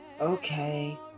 Okay